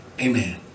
amen